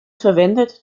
verwendet